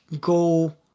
go